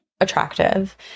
attractive